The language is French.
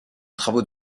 travaux